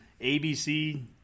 ABC